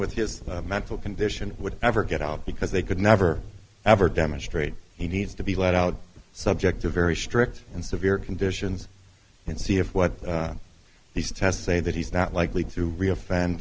with his mental condition would ever get out because they could never ever demonstrate he needs to be let out subject to very strict and severe conditions and see if what these tests say that he's not likely to re